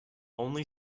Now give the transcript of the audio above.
only